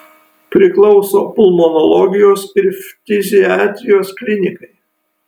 priklauso pulmonologijos ir ftiziatrijos klinikai